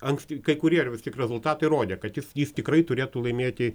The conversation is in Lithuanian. anksti kai kurie ir vis tiek rezultatai rodė kad jis jis tikrai turėtų laimėti